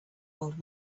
old